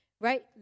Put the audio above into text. right